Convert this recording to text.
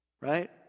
right